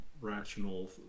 rational